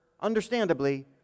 understandably